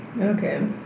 Okay